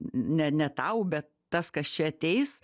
ne ne tau bet tas kas čia ateis